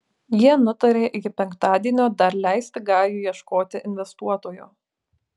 jie nutarė iki penktadienio dar leisti gajui ieškoti investuotojo